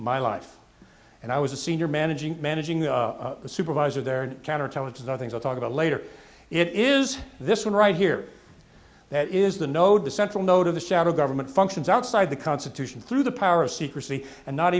my life and i was a senior managing managing supervisor there and counterintelligence i think i'll talk about later it is this one right here that is the no the central no to the shadow government functions outside the constitution through the power of secrecy and not